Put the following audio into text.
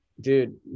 Dude